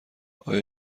آیا